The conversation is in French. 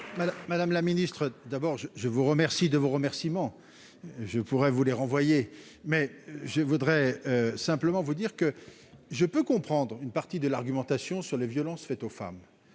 Madame la ministre, d'abord je vous remercie de vos remerciements, je pourrais vous les renvoyez mais je voudrais simplement vous dire que je peux comprendre une partie de l'argumentation sur les violences faites aux femmes,